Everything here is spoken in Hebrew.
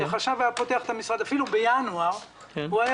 החשב היה פותח את המשרד אפילו בינואר והיה